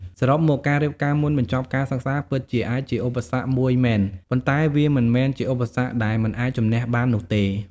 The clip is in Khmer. សរុបមក ការរៀបការមុនបញ្ចប់ការសិក្សាពិតជាអាចជាឧបសគ្គមួយមែន ប៉ុន្តែវាមិនមែនជាឧបសគ្គដែលមិនអាចជម្នះបាននោះទេ។